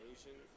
Asian